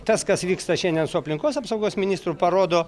tas kas vyksta šiandien su aplinkos apsaugos ministru parodo